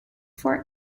for